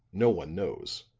no one knows,